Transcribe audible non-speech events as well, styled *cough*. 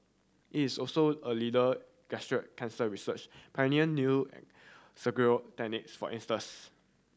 it is also a leader gastric cancer research pioneering new *unintelligible* techniques for instance